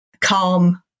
calm